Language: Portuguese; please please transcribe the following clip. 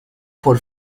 for